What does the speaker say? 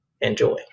enjoy